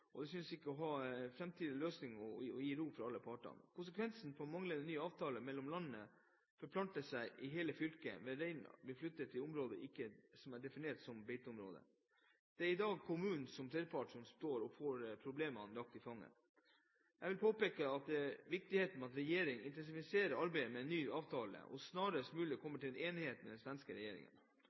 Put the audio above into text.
og det synes ikke å ha en framtidig løsning som kan gi ro for alle parter. Konsekvensene av manglende ny avtale mellom landene forplanter seg i hele fylket ved at rein blir flyttet til områder som ikke er definert som beiteområder. Det er i dag kommunene som tredjepart som får problemene lagt i fanget. Jeg vil påpeke viktigheten av at regjeringen intensiverer arbeidet med en ny avtale, og snarest mulig kommer til en enighet med den svenske regjeringen.